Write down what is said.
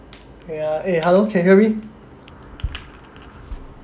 okay ah eh hello can you hear me